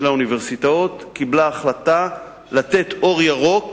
האוניברסיטאות קיבלה החלטה לתת אור ירוק